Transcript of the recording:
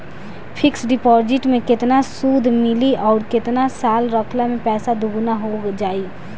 Fix deposit मे केतना सूद मिली आउर केतना साल रखला मे पैसा दोगुना हो जायी?